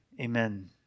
Amen